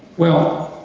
well,